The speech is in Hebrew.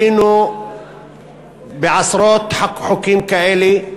היינו בעשרות חוקים כאלה.